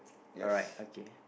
alright okay